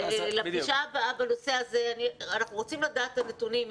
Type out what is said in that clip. לפגישה הבאה בנושא הזה אנחנו רוצים לדעת את הנתונים.